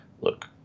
Look